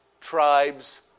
tribes